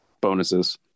bonuses